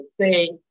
say